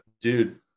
Dude